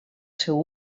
seu